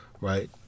Right